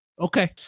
Okay